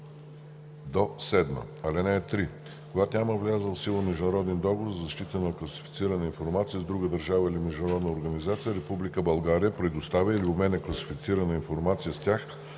алинеи 3 – 7: „(3) Когато няма влязъл в сила международен договор за защита на класифицирана информация с друга държава или международна организация, Република България предоставя или обменя класифицирана информация с тях